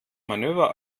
manöver